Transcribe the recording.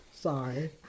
Sorry